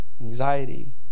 anxiety